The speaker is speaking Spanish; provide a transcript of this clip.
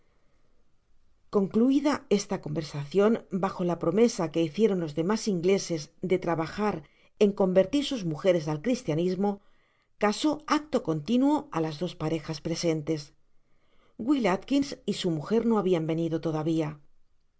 concluida esta conversacion y bajo la promesa que hicieron los demas ingleses de trabajar en convertir sus mujeres al cristianismo casó acto continuo á las dos parejas presentes will alkins y su mujer no habian venido todavia